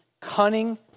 cunning